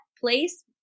place